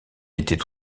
était